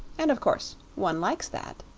and, of course, one likes that.